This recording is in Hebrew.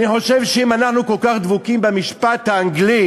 אני חושב שאם אנחנו כל כך דבקים במשפט האנגלי,